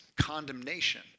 condemnation